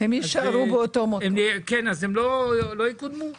אז הם לא יקודמו?